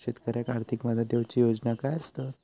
शेतकऱ्याक आर्थिक मदत देऊची योजना काय आसत?